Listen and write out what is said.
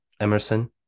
Emerson